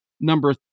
Number